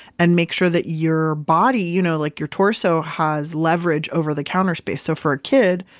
and make sure that your body, you know like your torso, has leverage over the counter space. so, for a kid,